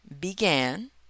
began